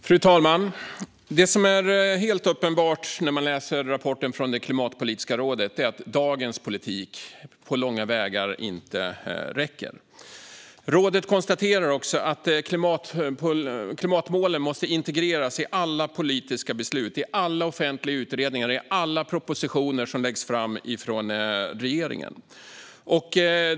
Fru talman! Det som är helt uppenbart i rapporten från Klimatpolitiska rådet är att dagens politik inte på långa vägar räcker. Rådet konstaterar att klimatmålen måste integreras i alla politiska beslut, i alla offentliga utredningar och i alla propositioner som läggs fram av regeringen.